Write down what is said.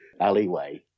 alleyway